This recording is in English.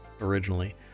originally